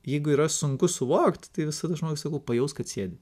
jeigu yra sunku suvokt tai visada žmogus pajaus kad sėdi